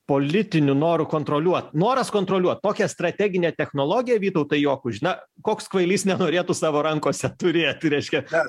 politiniu noru kontroliuot noras kontroliuot tokią strateginę technologiją vytautai jokuži na koks kvailys nenorėtų savo rankose turėti reiškia kad